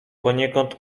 poniekąd